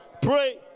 pray